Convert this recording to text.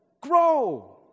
Grow